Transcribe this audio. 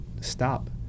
stop